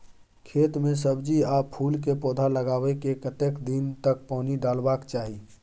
खेत मे सब्जी आ फूल के पौधा लगाबै के कतेक दिन तक पानी डालबाक चाही?